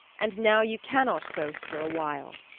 and now you cannot boast for a while.